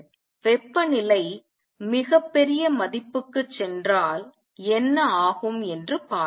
வெப்பநிலை மிகப் பெரிய மதிப்புக்குச் சென்றால் என்ன ஆகும் என்று பார்ப்போம்